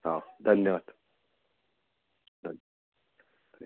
हो धन्यवाद हा